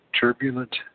turbulent